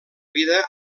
vida